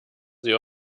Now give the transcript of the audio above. sie